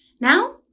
Now